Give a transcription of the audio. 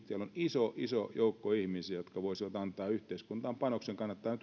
iso iso joukko ihmisiä jotka voisivat antaa yhteiskuntaan panoksen kannattaa